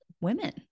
women